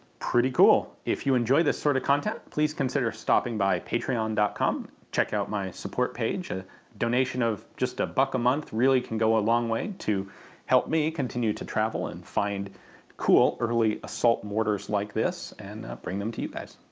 pretty cool. if you enjoy this sort of content, please consider stopping by patreon and com, check out my support page. a donation of just a buck a month really can go a long way to help me continue to travel and find cool, early, assault mortars like this, and bring them to you guys.